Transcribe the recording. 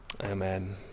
Amen